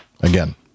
again